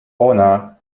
honor